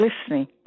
listening